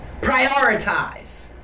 Prioritize